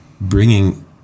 bringing